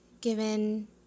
given